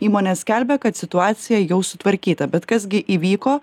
įmonė skelbia kad situacija jau sutvarkyta bet kas gi įvyko